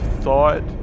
thought